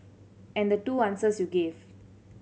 and the two answers you gave